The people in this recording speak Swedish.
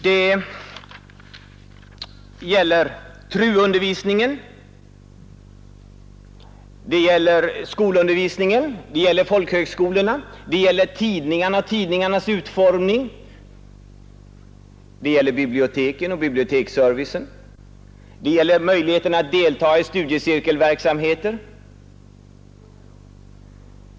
Det gäller TRU-undervisningen, skolundervisningen, folkhögskolorna, tidningarna och deras utformning, biblioteken och biblioteksservicen, möjligheterna att delta i studiecirkelverksamheten.